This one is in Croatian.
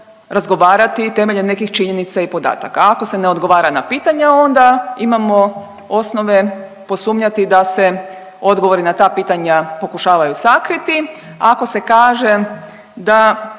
razgovarati temeljem nekih činjenica i podataka. A ako se ne odgovara na pitanja onda imamo osnove posumnjati da se odgovori na ta pitanja pokušavaju sakriti. Ako se kaže da